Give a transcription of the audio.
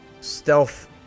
stealth